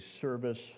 service